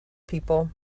people